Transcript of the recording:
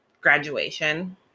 graduation